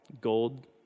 gold